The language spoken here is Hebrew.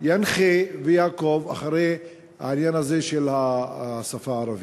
ינחה ויעקוב אחרי העניין הזה של השפה הערבית.